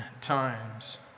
times